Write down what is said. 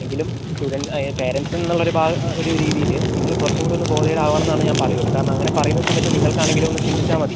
എങ്കിലും student parents എന്നുള്ളൊരു ബാ എന്നുള്ള ഒരു രീതിയിൽ നിങ്ങൾ കുറച്ചും കൂടെ ഒന്ന് ബോതേർഡ് ആവണം എന്നാണ് ഞാൻ പറയുള്ളൂ അങ്ങനെ പറയുന്ന സമയത്ത് നിങ്ങൾക്ക് ആണെങ്കിലും ഒന്ന് ചിന്തിച്ചാൽ മതി